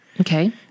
Okay